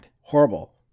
Horrible